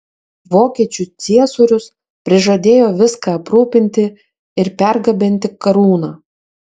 vokiečių ciesorius prižadėjo viską aprūpinti ir pergabenti karūną